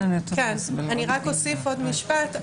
אני רק אוסיף עוד משפט.